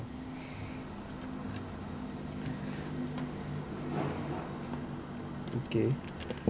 okay